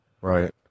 Right